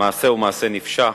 המעשה הוא מעשה נפשע,